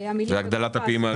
זה הגדלת הפעימה הראשונה.